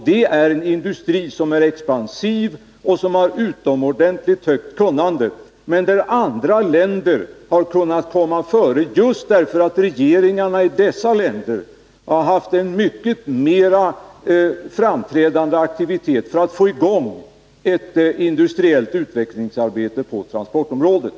Det är en expansiv industri med ett utomordentligt högt kunnande, men andra länder har kunnat komma före just därför att regeringarna i dessa länder har visat en mycket mer framträdande aktivitet för att få i gång ett industriellt utvecklingsarbete på transportområdet.